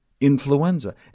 influenza